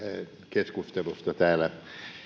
keskustelusta täällä